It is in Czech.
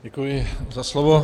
Děkuji za slovo.